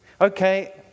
Okay